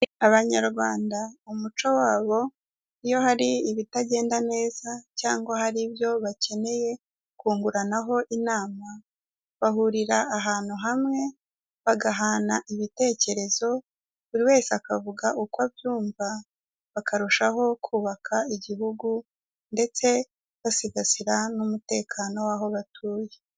Abanyarwanda mu muco wabo iyo hari ibitagenda neza cyangwa hari ibyo bakeneye kunguranaho inama, bahurira ahantu hamwe bagahana ibitekerezo buri wese akavuga uko abyumva bakarushaho kubaka igihugu ndetse basigasira n'umutekano w'aho batuye.